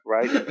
Right